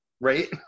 Right